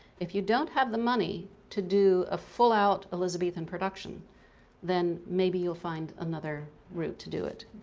if you don't have the money to do a full-out elizabethan production then maybe you'll find another route to do it.